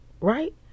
Right